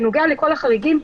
בנוגע לכל החריגים,